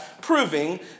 proving